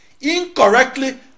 incorrectly